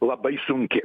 labai sunki